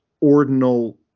ordinal